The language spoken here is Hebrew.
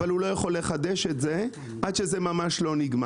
אבל הוא לא יכול לחדש את זה אלא רק כשזה ממש נגמר.